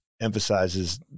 emphasizes